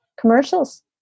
commercials